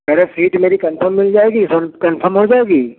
अरे सीट मेरी कन्फर्म मिल जाएगी कन्फर्म हो जाएगी